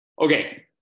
Okay